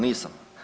Nisam.